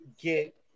get